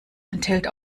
enthält